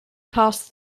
past